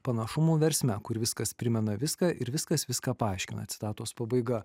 panašumų versme kur viskas primena viską ir viskas viską paaiškina citatos pabaiga